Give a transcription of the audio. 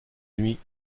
nuits